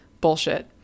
Bullshit